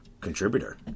contributor